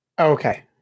Okay